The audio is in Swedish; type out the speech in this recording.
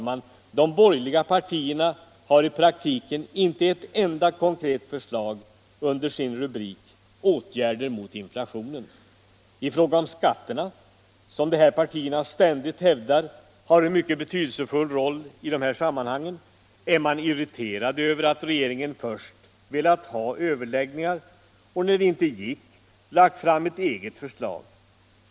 Men de borgerliga partierna har i praktiken inte ett enda konkret förslag under sin rubrik Åtgärder mot inflationen. I fråga om skatterna, som dessa partier ständigt hävdar har en mycket betydelsefull roll i de här sammanhangen, är man irriterad över att regeringen först velat ha överläggningar, och när inte det gick lagt fram ett förslag.